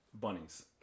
bunnies